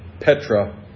Petra